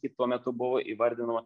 kaip tuo metu buvo įvardinama